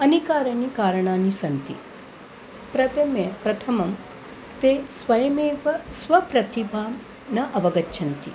अनेकानि कारणानि सन्ति प्रथमं प्रथमं ते स्वयमेव स्वप्रतिभां न अवगच्छन्ति